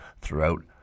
throughout